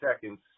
seconds